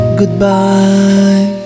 goodbye